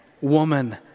woman